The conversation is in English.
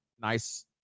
nice